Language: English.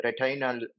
retinal